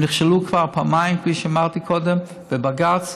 הם נכשלו כבר פעמיים, כפי שאמרתי קודם, בבג"ץ.